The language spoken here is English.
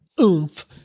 oomph